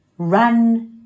run